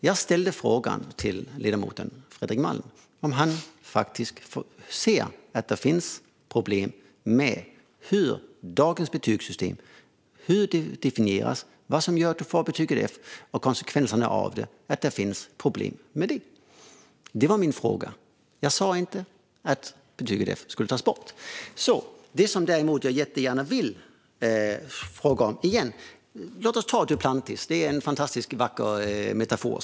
Jag ställde frågan till ledamoten Fredrik Malm om han ser att det faktiskt finns problem med hur dagens betygssystem definieras, vad som gör att man får betyget F och konsekvenserna av det. Ser han att det finns problem med det? Det var min fråga. Jag sa inte att betyget F skulle tas bort. Jag vill däremot jättegärna ställa frågan igen. Låt oss ta Duplantis; det är en fantastiskt vacker metafor!